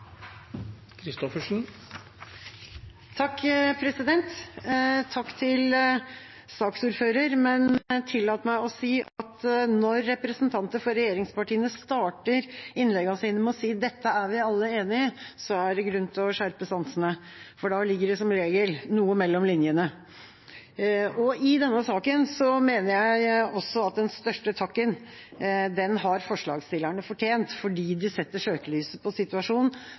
Takk til saksordføreren, men tillat meg å si at når representanter for regjeringspartiene starter innleggene sine med å si «dette er vi alle enig i», er det grunn til å skjerpe sansene, for da ligger det som regel noe mellom linjene. I denne saken mener jeg også at den største takken har forslagsstillerne fortjent, fordi de setter søkelyset på situasjonen